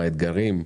מה האתגרים,